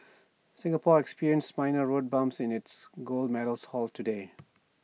Singapore experienced minor road bumps to its gold medals haul today